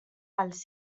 pels